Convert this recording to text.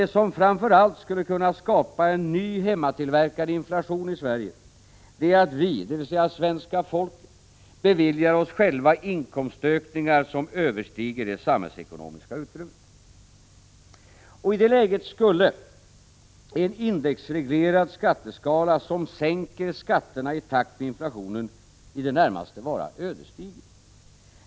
Det som framför allt skulle kunna skapa en ny hemmatillverkad inflation i Sverige är att vi, dvs. svenska folket, beviljar oss själva inkomstökningar som överstiger det samhällsekonomiska utrymmet. I det läget skulle en indexreglerad skatteskala, som sänker skatterna i takt med inflationen, i det närmaste vara ödesdiger.